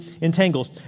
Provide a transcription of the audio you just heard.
entangles